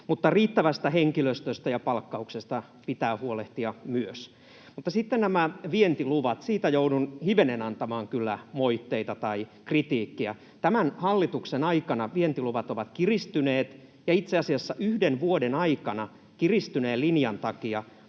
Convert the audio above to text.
mutta riittävästä henkilöstöstä ja palkkauksesta pitää huolehtia myös. Sitten näistä vientiluvista joudun kyllä hivenen antamaan moitteita tai kritiikkiä. Tämän hallituksen aikana vientiluvat ovat kiristyneet, ja itse asiassa yhden vuoden aikana kiristyneen linjan takia